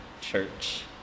church